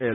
L